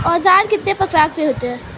औज़ार कितने प्रकार के होते हैं?